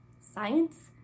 science